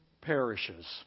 perishes